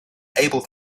able